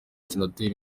senateri